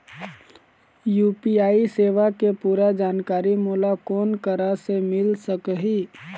UPI सेवा के पूरा जानकारी मोला कोन करा से मिल सकही?